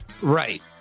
Right